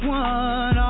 one